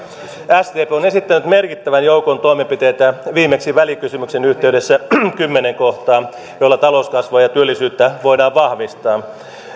sdp on esittänyt merkittävän joukon toimenpiteitä viimeksi välikysymyksen yhteydessä kymmenes kohtaa joilla talouskasvua ja työllisyyttä voidaan vahvistaa